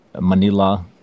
Manila